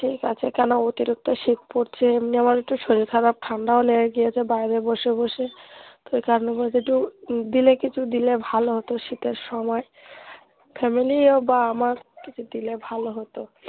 ঠিক আছে কেন অতিরিক্ত শীত পড়ছে এমনি আমার একটু শরীর খারাপ ঠান্ডাও লেগে গিয়েছে বাইরে বসে বসে তো ওই কারণে যদি দিলে কিছু দিলে ভালো হতো শীতের সময় ফ্যামিলি বা আমার কিছু দিলে ভালো হতো